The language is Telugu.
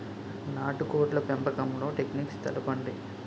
నాటుకోడ్ల పెంపకంలో టెక్నిక్స్ తెలుపండి?